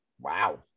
wow